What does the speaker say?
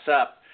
up